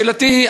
שאלתי,